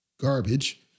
garbage